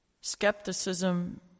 Skepticism